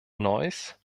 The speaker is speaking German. neuss